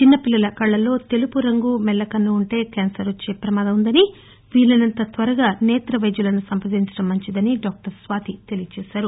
చిన్న పిల్లల కళ్లల్లో తెలుపు రంగు మెల్ల కన్ను ఉంటే క్యాన్సర్ వచ్చే పమాదం ఉందని వీలైనంత త్వరగా నేత్ర వైద్యులను సంప్రదించే మంచిదని డాక్టర్ స్వాతి తెలిపారు